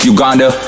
Uganda